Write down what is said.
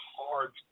hard